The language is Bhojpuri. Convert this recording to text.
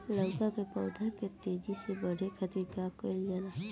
लउका के पौधा के तेजी से बढ़े खातीर का कइल जाला?